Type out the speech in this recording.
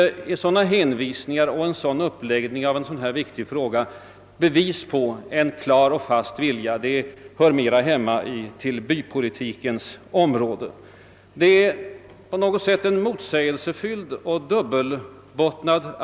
då ger det verkligen inte intryck av att man behandlar en stor och viktig fråga; man saknar uttrycken för en klar och fast vilja; deklarationen ger i detta hänseende mera intryck av enkel bygdepolitik. Herr Langes attityd är på något sätt motsägelsefylld och -: dubbelbottnad.